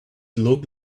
looked